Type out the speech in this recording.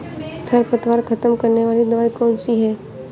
खरपतवार खत्म करने वाली दवाई कौन सी है?